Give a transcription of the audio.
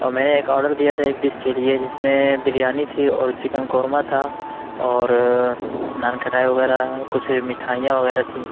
اور میں نے ایک آڈر دیا ایک ڈش کے لیے جس میں بریانی تھی اور چکن قورمہ تھا اور نان کھٹائی وغیرہ کچھ مٹھائیاں وغیرہ تھیں